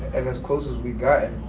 and as close as we got,